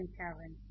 55 છે